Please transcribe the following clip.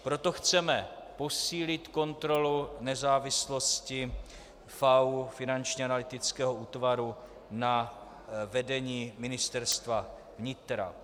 Proto chceme posílit kontrolu nezávislosti FAÚ, Finančního analytického útvaru, na vedení Ministerstva vnitra.